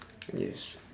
yes